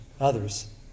others